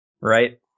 Right